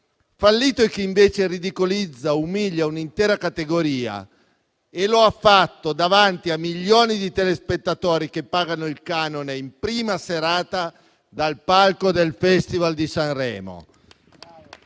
Fallito è chi invece ridicolizza e umilia un'intera categoria e ciò è stato fatto davanti a milioni di telespettatori che pagano il canone, in prima serata, dal palco del Festival di Sanremo.